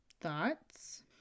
thoughts